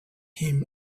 him